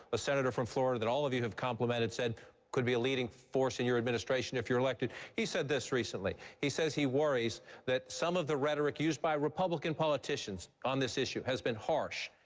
ah senator from florida that all of you have complimented, said could be a leading force in your administration if you're elected he said this recently. he says he worries that some of the rhetoric used by republican politicians on this issue has been harsh,